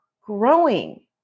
growing